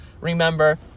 Remember